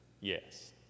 Yes